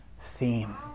theme